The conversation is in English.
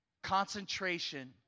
concentration